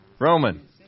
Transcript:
Roman